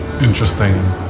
interesting